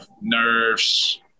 nerves